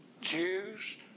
Jews